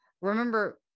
Remember